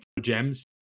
gems